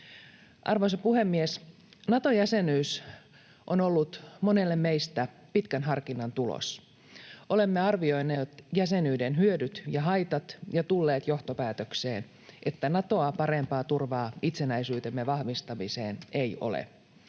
Arvoisa puhemies! Nato-jäsenyys on ollut monelle meistä pitkän harkinnan tulos. Olemme arvioineet jäsenyyden hyödyt ja haitat ja tulleet johtopäätökseen, että Natoa parempaa turvaa itsenäisyytemme vahvistamiseen ei ole.